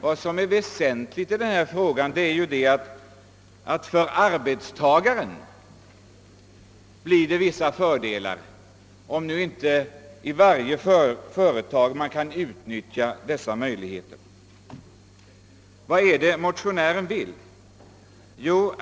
Vad som är väsentligt i denna fråga är ju att vårt förslag medför vissa fördelar för arbetstagarna — även om nu inte varje företag kan utnyttja ifrågavarande möjligheter. Vad är det motionärerna vill?